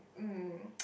um